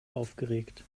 aufgeregt